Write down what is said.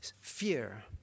fear